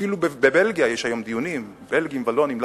אפילו בבלגיה יש היום דיונים, בלגים, ולונים.